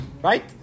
Right